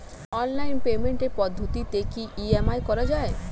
Online পেমেন্টের পদ্ধতিতে কি ই.এম.আই করা যায়?